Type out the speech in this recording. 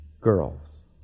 girls